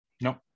No